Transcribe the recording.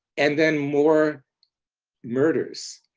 and then more murders.